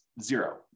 zero